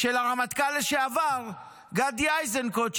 של הרמטכ"ל לשעבר גדי איזנקוט,